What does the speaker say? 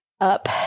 up